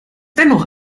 dennoch